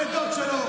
לא לדוד שלו.